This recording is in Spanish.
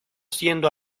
siendo